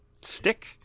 stick